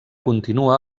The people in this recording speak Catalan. continua